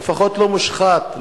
לפחות לא מושחת,